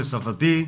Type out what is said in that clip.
של סבתי,